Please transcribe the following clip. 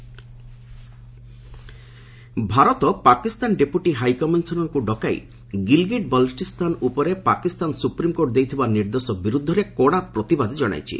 India Pak Bharat Pakistan deputy high କମିଶନରଙ୍କୁ ଡକାଇ 'ଗିଲଗିଟ୍ ବଲଟିସ୍ତାନ ଉପରେ ପାକିସ୍ତାନ ସୁପ୍ରିମକୋର୍ଟ ଦେଇଥିବା ନିର୍ଦ୍ଦେଶ ବିରୁଦ୍ଧରେ କଡା ପ୍ରତିବାଦ ଜଣାଇଛି